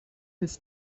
his